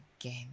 again